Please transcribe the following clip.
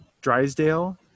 Drysdale